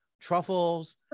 truffles